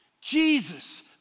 Jesus